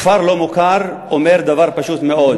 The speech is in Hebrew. כפר לא-מוכר אומר דבר פשוט מאוד,